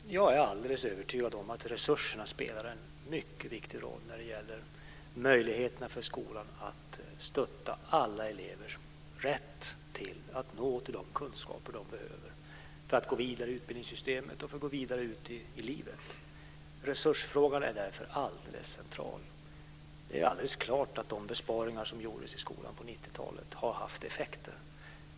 Herr talman! Jag är alldeles övertygad om att resurserna spelar en mycket viktig roll när det gäller möjligheterna för skolan att stötta alla elevers rätt att nå de kunskaper de behöver för att gå vidare i utbildningssystemet och för att gå vidare ut i livet. Resursfrågan är därför alldeles central. Det är alldeles klart att de besparingar som gjordes i skolan på 90-talet har haft effekter.